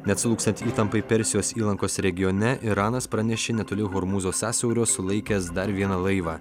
neatslūgstant įtampai persijos įlankos regione iranas pranešė netoli hormūzo sąsiaurio sulaikęs dar vieną laivą